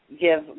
give